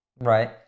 Right